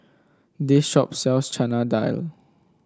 this shop sells Chana Dal